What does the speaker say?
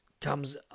comes